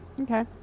Okay